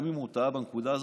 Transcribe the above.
גם אם הוא טעה בנקודה הזאת,